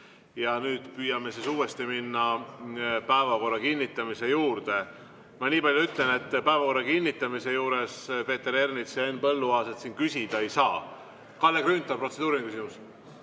on. Nüüd püüame uuesti minna päevakorra kinnitamise juurde. Ma nii palju ütlen, et päevakorra kinnitamise juures, Peeter Ernits ja Henn Põlluaas, küsida ei saa. Kalle Grünthal, protseduuriline küsimus.